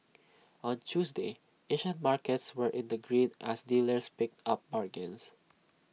on Tuesday Asian markets were in the green as dealers picked up bargains